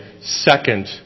second